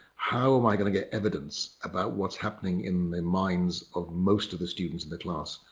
how am i gonna get evidence about what's happening in the minds of most of the students and the class.